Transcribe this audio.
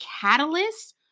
catalyst